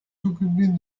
s’occuper